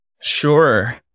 Sure